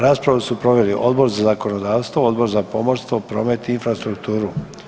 Raspravu su proveli Odbor za zakonodavstvo, Odbora za pomorstvo, promet i infrastrukturu.